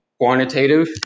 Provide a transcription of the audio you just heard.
quantitative